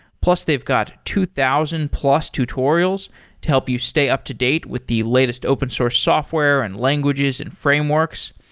plus they've got two thousand plus tutorials to help you stay up-to-date with the latest open source software and languages and frameworks.